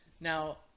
Now